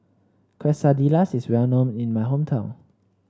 quesadillas is well known in my hometown